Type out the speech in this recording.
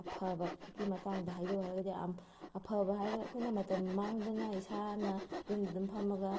ꯑꯐꯕꯒꯤ ꯃꯇꯥꯡꯗ ꯍꯥꯏꯖꯧ ꯍꯥꯏꯔꯒꯗꯤ ꯑꯐꯕ ꯍꯥꯏꯔꯒ ꯑꯩꯈꯣꯏꯅ ꯃꯇꯝ ꯃꯥꯡꯗꯅ ꯏꯁꯥꯅ ꯌꯨꯝꯗ ꯑꯗꯨꯝ ꯐꯝꯃꯒ